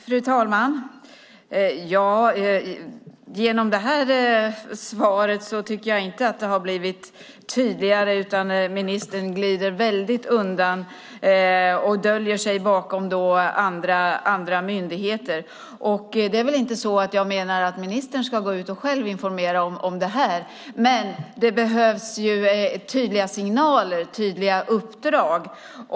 Fru talman! Genom det svaret har det inte, tycker jag, blivit tydligare. Ministern glider väldigt mycket undan och döljer sig bakom andra myndigheter. Jag menar inte att ministern ska gå ut och själv informera om det här. Däremot behövs det tydliga signaler, tydliga uppdrag.